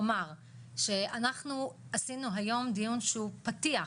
אומר שאנחנו עשינו היום דיון שהוא פתיח